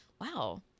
Wow